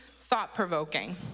thought-provoking